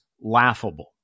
laughable